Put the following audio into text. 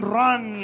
run